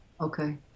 okay